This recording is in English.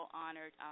honored